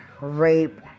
rape